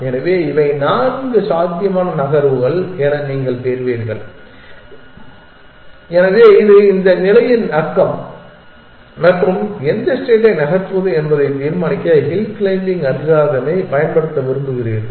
எனவே இவை நான்கு சாத்தியமான நகர்வுகள் என நீங்கள் பெறுவீர்கள் எனவே இது இந்த நிலையின் அக்கம் மற்றும் எந்த ஸ்டேட்டை நகர்த்துவது என்பதை தீர்மானிக்க ஹில் க்ளைம்பிங் அல்காரிதமைப் பயன்படுத்த விரும்புகிறீர்கள்